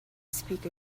speak